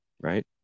Right